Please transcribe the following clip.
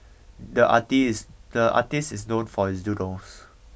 the artist the artist is known for his doodles